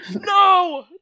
No